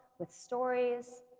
with stories,